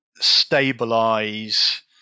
stabilize